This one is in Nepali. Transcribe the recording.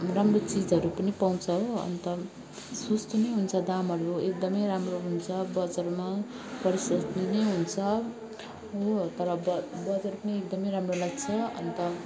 राम्रो चिजहरू पनि पाउँछ हो अन्त सस्तो नै हुन्छ दामहरू एकदमै राम्रो हुन्छ बजारमा प्रसस्त नै हुन्छ हो तर ब बजार पनि एकदमै राम्रो लाग्छ अन्त